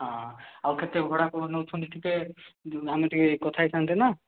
ହଁ ଆଉ କେତେ ଭଡ଼ା କ'ଣ ନେଉଛନ୍ତି ଟିକେ ଆମେ ଟିକେ କଥା ହୋଇଥାନ୍ତେ ନା